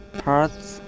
parts